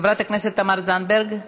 חברת הכנסת תמר זנדברג,